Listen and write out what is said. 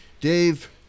Dave